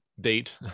date